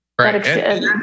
Right